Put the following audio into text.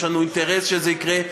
יש לנו אינטרס שזה יקרה,